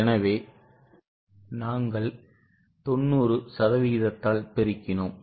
எனவே நாங்கள் 90 சதவிகிதத்தால் பெருக்கினோம்